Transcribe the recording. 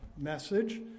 message